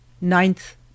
Ninth